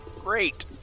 Great